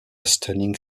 stunning